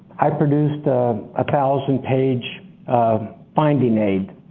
i produced ah thousand page um finding aid